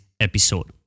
episode